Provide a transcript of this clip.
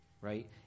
Right